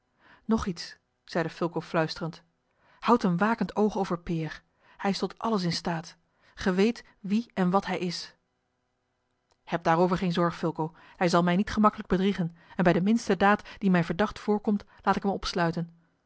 nog iets zeide fulco fluisterend houd een wakend oog over peer hij is tot alles in staat ge weet wie en wat hij is heb daarover geen zorg fulco hij zal mij niet gemakkelijk bedriegen en bij de minste daad die mij verdacht voorkomt laat ik hem opsluiten